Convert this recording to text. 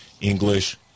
English